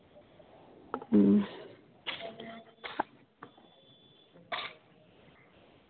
ᱦᱩᱸ